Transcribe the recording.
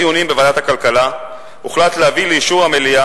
בדיונים בוועדת הכלכלה הוחלט להביא לאישור המליאה